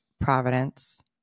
Providence